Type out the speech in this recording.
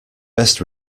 best